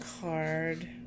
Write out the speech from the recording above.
card